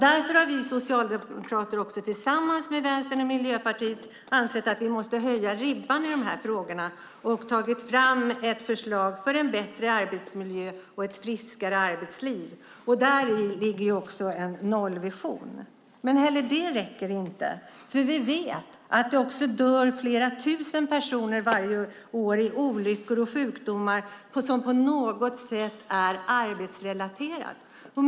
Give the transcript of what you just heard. Därför har vi socialdemokrater tillsammans med Vänstern och Miljöpartiet ansett att vi måste höja ribban i de här frågorna. Vi har tagit fram ett förslag för en bättre arbetsmiljö och ett friskare arbetsliv. Däri ligger också en nollvision. Men inte heller detta räcker. Vi vet att det också dör flera tusen personer varje år i olyckor och sjukdomar som på något sätt är arbetsrelaterade.